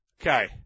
Okay